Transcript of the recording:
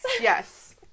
Yes